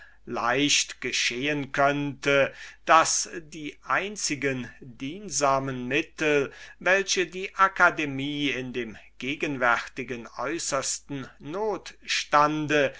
leicht geschehen könnte daß die einzigen diensamen mittel welche die akademie in dem gegenwärtigen äußersten notstande